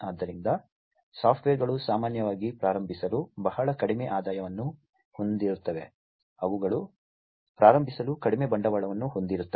ಆದ್ದರಿಂದ ಸ್ಟಾರ್ಟ್ಅಪ್ಗಳು ಸಾಮಾನ್ಯವಾಗಿ ಪ್ರಾರಂಭಿಸಲು ಬಹಳ ಕಡಿಮೆ ಆದಾಯವನ್ನು ಹೊಂದಿರುತ್ತವೆ ಅವುಗಳು ಪ್ರಾರಂಭಿಸಲು ಕಡಿಮೆ ಬಂಡವಾಳವನ್ನು ಹೊಂದಿರುತ್ತವೆ